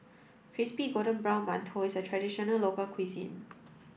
crispy golden brown mantou is a traditional local cuisine